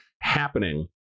happening